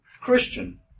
Christian